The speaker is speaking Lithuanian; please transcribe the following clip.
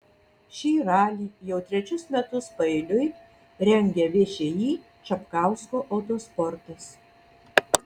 šį ralį jau trečius metus paeiliui rengia všį čapkausko autosportas